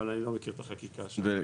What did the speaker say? אבל אני לא מכיר את החקיקה שם.